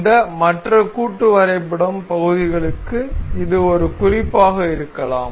இந்த மற்ற கூட்டு வரைபடம் பகுதிகளுக்கு இது ஒரு குறிப்பாக இருக்கலாம்